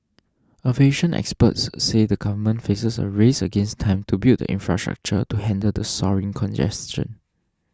aviation experts say the government faces a race against time to build the infrastructure to handle the soaring congestion